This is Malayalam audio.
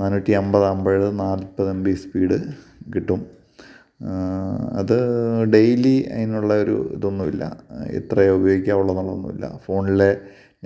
നാനൂറ്റി അമ്പതാകുമ്പോള് നാൽപ്പത് എം ബി സ്പീഡ് കിട്ടും അത് ഡെയിലി അതിനുള്ള ഒരു ഇതൊന്നുമില്ല ഇത്രയേ ഉപയോഗിക്കാവുള്ളൂ എന്നതൊന്നുമില്ല ഫോണിലെ